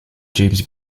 james